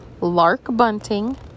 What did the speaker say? Lark-bunting